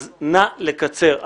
אז נא לקצר.